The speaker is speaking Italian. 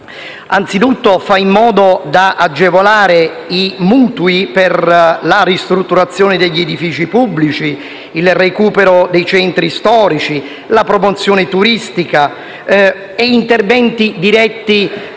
anzitutto fa in modo di agevolare i mutui per la ristrutturazione degli edifici pubblici, il recupero dei centri storici, la promozione turistica e interventi diretti